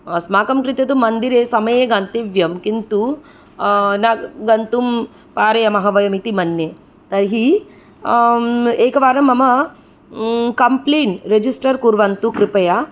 अस्माकं कृते तु मन्दिरे समये गन्तव्यं किन्तु न गन्तुं पारयामः वयम् इति मन्ये तर्हि एकवारं मम कम्प्लेन् रेजिस्टर् कुर्वन्तु कृपया